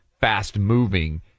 fast-moving